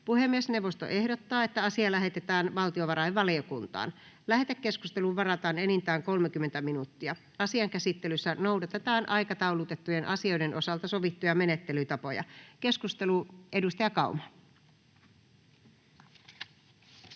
Puhemiesneuvosto ehdottaa, että asia lähetetään sosiaali- ja terveysvaliokuntaan. Lähetekeskusteluun varataan enintään 30 minuuttia. Asian käsittelyssä noudatetaan aikataulutettujen asioiden osalta sovittuja menettelytapoja. — Keskustelu, ministeri